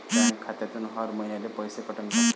Bank खात्यातून हर महिन्याले पैसे कटन का?